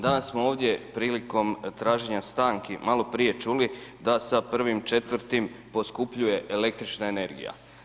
Danas smo ovdje prilikom traženja stanki, maloprije čuli, da sa 1.4. poskupljuje električna energije.